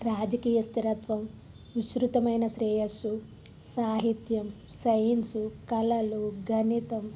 రాజకీయ స్థిరత్వం విసృతమైన శ్రేయస్సు సాహిత్యం సైన్సు కళలు గణితం